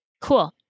Cool